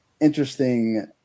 Interesting